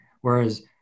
whereas